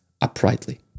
uprightly